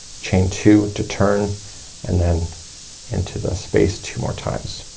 chain two to turn and then into the space two more times.